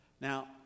Now